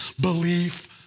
belief